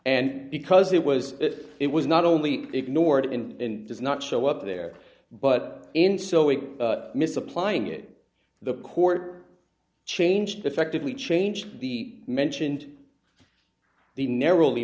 and because it was that it was not only ignored and does not show up there but in so it misapplying it the court changed effectively changed the mentioned the narrowly